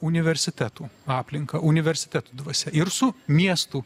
universitetų aplinka universitetų dvasia ir su miestų